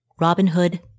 Robinhood